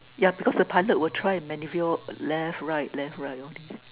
yeah because the pilot would try maneuver left right left right okay